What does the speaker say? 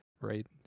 right